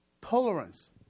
Tolerance